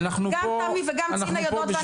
גם תמי וגם צינה יודעות.